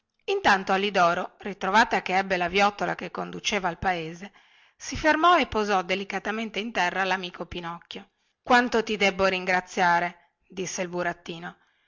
intanto alidoro ritrovata che ebbe la viottola che conduceva al paese si fermò e posò delicatamente in terra lamico pinocchio quanto ti debbo ringraziare disse il burattino